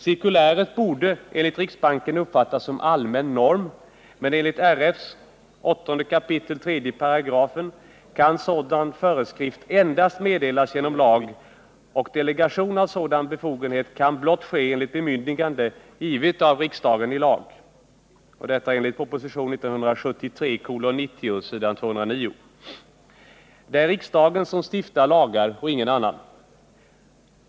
Cirkuläret borde enligt riksbanken uppfattas som ”allmän norm”, men enligt 8 kap. 3 § regeringsformen kan sådan föreskrift endast meddelas genom lag, och delegation av sådan befogenhet kan blott ske enligt bemyndigande, givet av riksdagen i lag — detta enligt propositionen 1973:90 s. 209. Det är riksdagen som stiftar lagar och ingen annan.